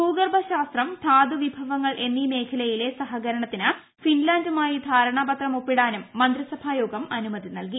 ഭൂഗർഭശാസ്ത്രം ധാതുവിഭവങ്ങൾ എന്നീ മേഖലയിലെ സഹകരണത്തിന് ഫിൻലൻഡുമായി ധാരണപത്രം ഒപ്പിടാനും മന്ത്രിസഭായോഗം അനുമതി നൽകി